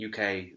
UK